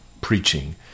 preaching